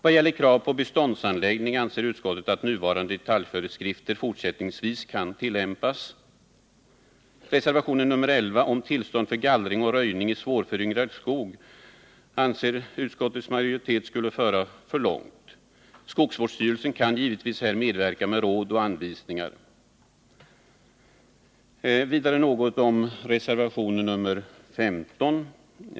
Beträffande krav på beståndsanläggning anser utskottet att de nuvarande detaljföreskrifterna kan tillämpas även fortsättningsvis. Förslaget i reservationen 11 om tillstånd för gallring och röjning i svårföryngrad skog anser utskottsmajoriteten skulle föra för långt. Skogsvårdsstyrelsen kan givetvis medverka med råd och anvisningar. Vidare något om reservationen 15.